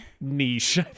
niche